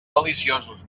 deliciosos